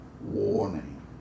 warning